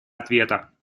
ответа